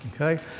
okay